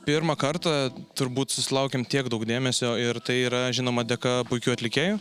pirmą kartą turbūt susilaukėm tiek daug dėmesio ir tai yra žinoma dėka puikių atlikėjų